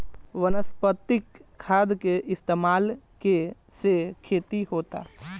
वनस्पतिक खाद के इस्तमाल के से खेती होता